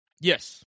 Yes